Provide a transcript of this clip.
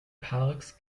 parks